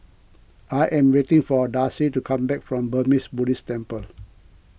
I am waiting for Darcie to come back from Burmese Buddhist Temple